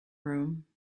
room